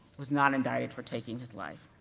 was not indicted for taking his life.